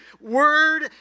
Word